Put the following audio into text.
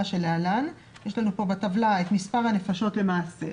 להלן: בטבלה מפורטים מספר הנפשות למעשה,